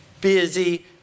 busy